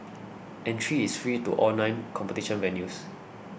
entry is free to all nine competition venues